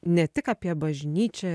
ne tik apie bažnyčią